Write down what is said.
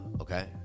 Okay